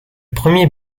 premier